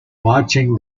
watching